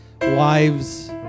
wives